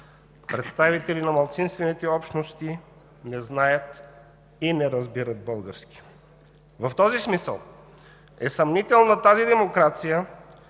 представители на малцинствените общности, не знаят и не разбират български. В този смисъл е съмнителна тази демокрация,